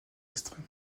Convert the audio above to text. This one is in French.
extrême